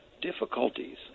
difficulties